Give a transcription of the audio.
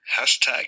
hashtag